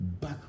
back